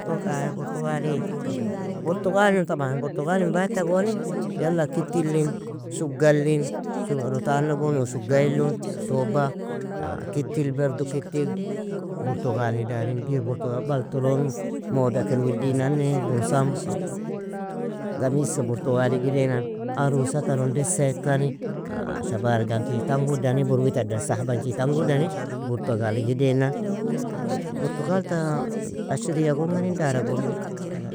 برتقالي, burtugalin طبعا, burugalin bata goni yala, kitilin, shuggalin, sugu rutana gon uu shuggailin, tuba, kitil bardu kiti burtugali dariin, dir burtuga baltolon mooda kir wildinane, قمصان قميص burtugaliga idainan arusata tron desa ikani, shabarganki tan gudani, burui tadan sahbanchi tanguani burtugalig idainan. Burtugal ta ashriya gongeni, dara gongeni.